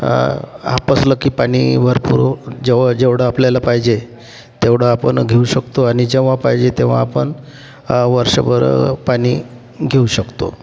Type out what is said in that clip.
हापसलं की पाणी वर करून जेव्हा जेवढा आपल्याला पाहिजे तेवढा आपण घेऊ शकतो आणि जेव्हा पाहिजे तेव्हा आपण वर्षभर पाणी घेऊ शकतो